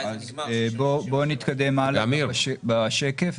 בוא נתקדם בשקף.